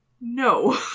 No